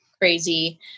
crazy